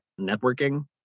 networking